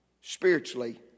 spiritually